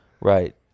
Right